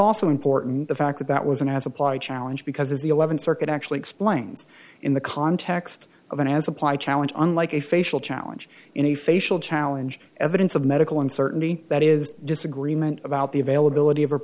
also important the fact that with an as applied challenge because of the eleventh circuit actually explains in the context of an as apply challenge unlike a facial challenge in a facial challenge evidence of medical uncertainty that is disagreement about the availability of a